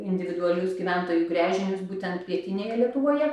individualius gyventojų gręžinius būtent pietinėje lietuvoje